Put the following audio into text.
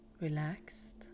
relaxed